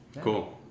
Cool